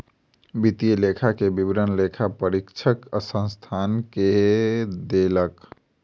वित्तीय लेखा के विवरण लेखा परीक्षक संस्थान के देलक